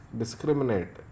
discriminate